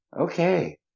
Okay